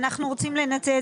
בואו נתקדם.